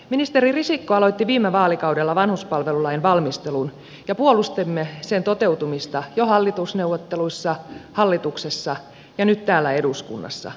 ministeri risikko aloitti viime vaalikaudella vanhuspalvelulain valmistelun ja puolustimme sen toteutumista jo hallitusneuvotteluissa hallituksessa ja nyt täällä eduskunnassa